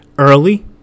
early